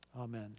Amen